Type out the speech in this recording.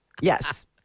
Yes